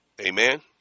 Amen